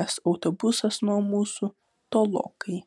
nes autobusas nuo mūsų tolokai